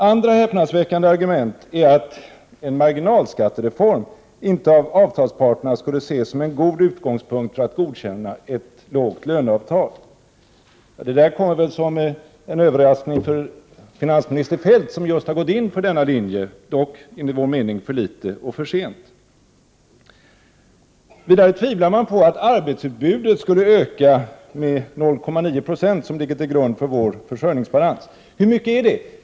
Andra häpnadsväckande argument är att en marginalskattereform inte av avtalsparterna skulle ses som en god utgångspunkt för att godkänna ett lågt löneavtal. Det här kommer väl som en överraskning för finansminister Feldt som just har gått in för denna linje, dock — enligt vår mening - för litet och för sent. Vidare tvivlar man på att arbetsutbudet skulle öka med 0,9 90 — en siffra som ligger till grund för vår försörjningsbalans. Vad innebär detta?